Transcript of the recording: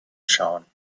schauen